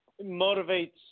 motivates